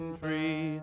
free